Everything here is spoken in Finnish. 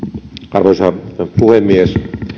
arvoisa puhemies